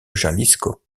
jalisco